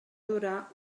durar